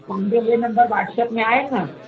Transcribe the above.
तव्हांजो हे number WhatsApp में आहे न